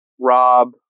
Rob